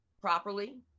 properly